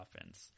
offense